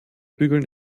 bügeln